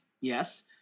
yes